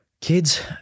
kids